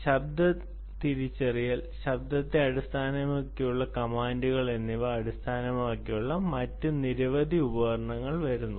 അതിനാൽ ശബ്ദതിരിച്ചറിയൽ ശബ്ദത്തെ അടിസ്ഥാനമാക്കിയുള്ള കമാൻഡുകൾ എന്നിവ അടിസ്ഥാനമാക്കിയുള്ള മറ്റ് നിരവധി ഉപകരണങ്ങൾ വരുന്നു